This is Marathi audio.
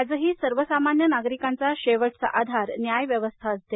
आजही सर्वसामान्य नागरिकांचा शेवटचा आधार न्याय व्यवस्था असते